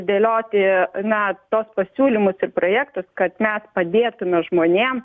dėlioti na tuos pasiūlymus projektus kad mes padėtume žmonėm